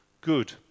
good